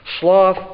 Sloth